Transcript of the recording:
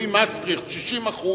לפי מסטריכט 60%,